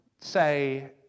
say